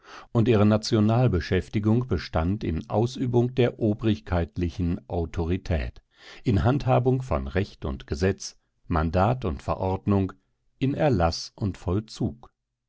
und ihre nationalbeschäftigung bestand in ausübung der obrigkeitlichen autorität in handhabung von recht und gesetz mandat und verordnung in erlaß und vollzug